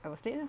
I was late lah